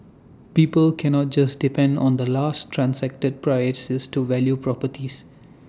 people cannot just depend on the last transacted prices to value properties